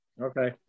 Okay